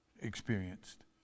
experienced